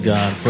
God